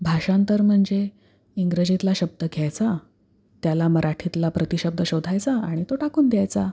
भाषांतर म्हणजे इंग्रजीतला शब्द घ्यायचा त्याला मराठीतला प्रतिशब्द शोधायचा आणि तो टाकून द्यायचा